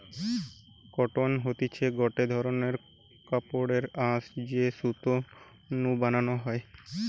cotton হতিছে গটে ধরণের কাপড়ের আঁশ যেটি সুতো নু বানানো হয়